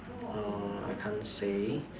uh I can't say